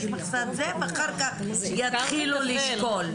אחר כך יתחילו לשקול.